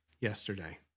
yesterday